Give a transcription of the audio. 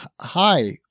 hi